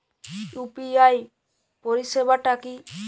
UPI পরিসেবাটা কি?